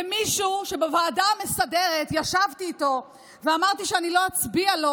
זה מישהו שכשבוועדה המסדרת ישבתי איתו ואמרתי שאני לא אצביע לו,